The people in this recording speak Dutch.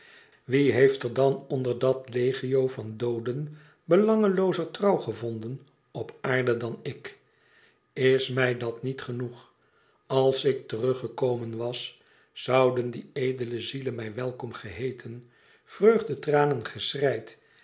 wie heeft er dan onder dat legio van dooden belangeloozer trouw gevonden op aarde dan ik is mij dat niet genoeg als ik teruggekomen was zouden die edele zielen mij welkom geheeten vreugdetranen geschreid